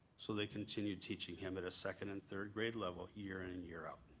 so they continued teaching him at a second and third grade level year in and year out.